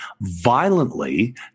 violently